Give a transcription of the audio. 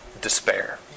despair